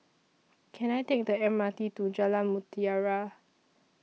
Can I Take The M R T to Jalan Mutiara